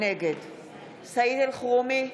נגד סעיד אלחרומי,